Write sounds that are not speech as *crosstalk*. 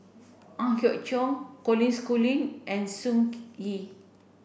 Ang Hiong Chiok Colin Schooling and Sun *unintelligible* Yee